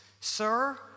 Sir